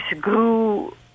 grew